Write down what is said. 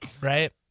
right